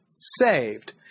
saved